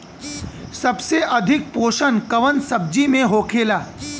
सबसे अधिक पोषण कवन सब्जी में होखेला?